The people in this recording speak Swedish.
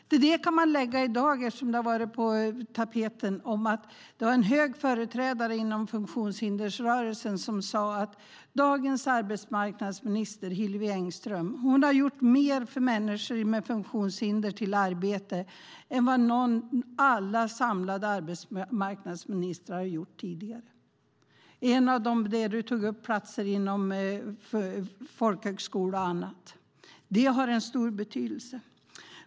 Eftersom det har varit på tapeten kan jag tillägga att det var en hög företrädare inom funktionshindersrörelsen som sade att dagens arbetsmarknadsminister Hillevi Engström har gjort mer för att få människor med funktionshinder i arbete än vad alla samlade arbetsmarknadsministrar har gjort tidigare. Det gäller till exempel det som Agneta Luttropp tog upp om platser inom folkhögskola och annat. Det har en stor betydelse.